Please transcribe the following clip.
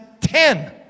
ten